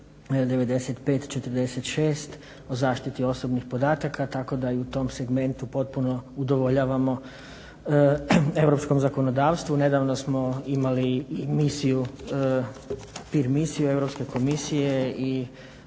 95 46 o zaštiti osobnih podataka tako da i u tom segmentu potpuno udovoljavamo europskom zakonodavstvu. Nedavno smo imali i misiju, …/Ne razumije se./… misiju Europske komisije